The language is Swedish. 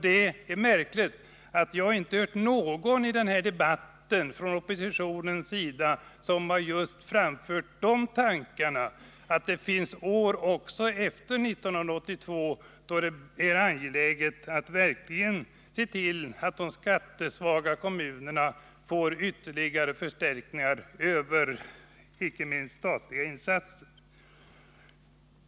Det är märkligt att jag inte hört någon i denna debatt från oppositionens sida framföra tankarna att det finns år också efter 1982, då det är angeläget att verkligen se till att de skattesvaga kommunerna får ytterligare förstärkningar icke minst över statliga insatser.